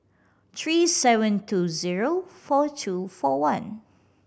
three seven two zero four two four one